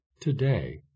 today